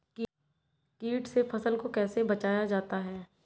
कीट से फसल को कैसे बचाया जाता हैं?